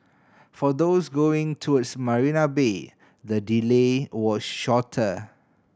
for those going towards Marina Bay the delay was shorter